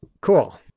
Cool